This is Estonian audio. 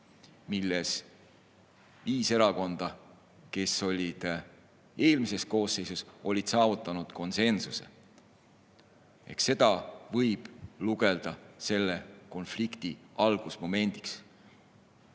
milles viis erakonda, kes olid eelmises koosseisus, olid saavutanud konsensuse. Seda võib lugeda selle konflikti algusmomendiks.